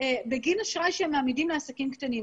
בגין אשראי שהם מעמידים לעסקים קטנים.